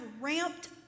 ramped